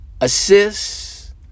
assists